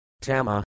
Tama